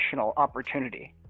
opportunity